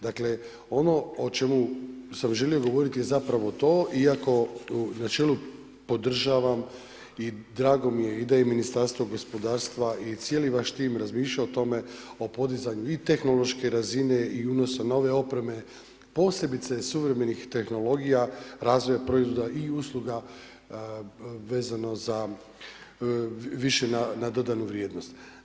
Dakle, ono o čemu sam želio govoriti je zapravo to, iako na čelu, podržavam i drago mi je i da je Ministarstvo gospodarstva i cijeli vaš tim razmišljao o tome o podizanju i tehnološke razine i unosom nove opreme, posebice suvremenih tehnologija razvoja proizvoda i usluga vezano za više na dodanu vrijednost.